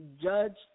Judge